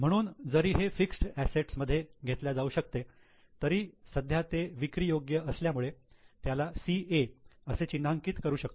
म्हणून जरी हे फिक्सेड असेट्स मध्ये घेतल्या जाऊ शकते तरी सध्या ते विक्रीयोग्य असल्यामुळे त्याला CA असे चिन्हांकित करू शकतो